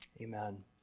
Amen